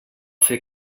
fer